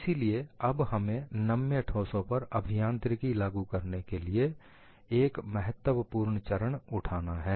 इसीलिए अब हमें नम्य ठोसों पर अभियांत्रिकी लागू करने के लिए एक महत्वपूर्ण चरण उठाना है